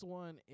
one